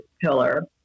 pillar